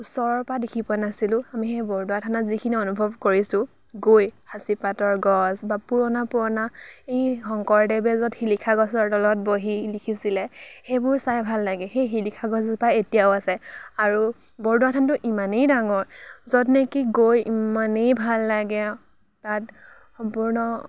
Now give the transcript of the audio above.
ওচৰৰ পৰা দেখি পোৱা নাছিলোঁ আমি সেই বৰদোৱা থানত যিখিনি অনুভৱ কৰিছোঁ গৈ সাঁচিপাতৰ গছ বা পুৰণা পুৰণা এই শংকৰদেৱে য'ত শিলিখা গছৰ তলত বহি লিখিছিলে সেইবোৰ চাই ভাল লাগে সেই শিলিখা গছজোপা এতিয়াও আছে আৰু বৰদোৱা থানটো ইমানেই ডাঙৰ য'ত নেকি গৈ ইমানেই ভাল লাগে তাত সম্পূৰ্ণ